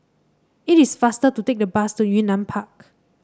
it is faster to take the bus to Yunnan Park